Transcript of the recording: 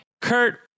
Kurt